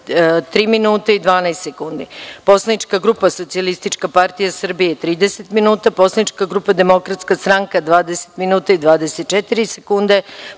43 minuta i 12 sekundi; Poslanička grupa Socijalistička partija Srbije – 30 minuta; Poslanička grupa Demokratska stranka – 20 minuta i 24 sekunde;